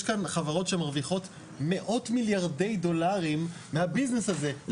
יש כאן חברות שמרוויחות מאות מיליארדי דולרים מהביזנס הזה.